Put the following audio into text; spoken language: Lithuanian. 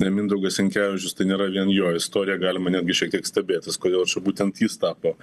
mindaugas sinkevičius tai nėra vien jo istorija galima netgi šiek tiek stebėtis kodėl čia būtent jis tapo